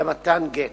למתן גט.